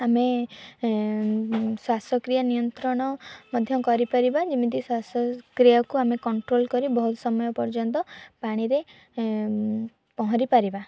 ଆମେ ଶ୍ୱାସକ୍ରିୟା ନିୟନ୍ତ୍ରଣ ମଧ୍ୟ କରିପାରିବା ଯେମିତି ଶ୍ୱାସକ୍ରିୟାକୁ ଆମେ କଣ୍ଟ୍ରୋଲ କରି ବହୁତ ସମୟ ପର୍ଯ୍ୟନ୍ତ ପାଣିରେ ପହଁରି ପାରିବା